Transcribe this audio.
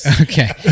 Okay